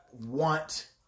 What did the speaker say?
want